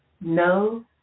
no